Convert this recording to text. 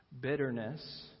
Bitterness